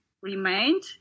remained